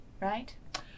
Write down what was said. Right